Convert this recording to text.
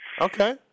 Okay